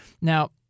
Now